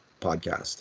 podcast